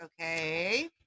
Okay